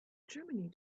germany